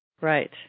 Right